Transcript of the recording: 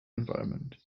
environment